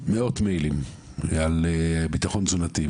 מאות מיילים על ביטחון תזונתי,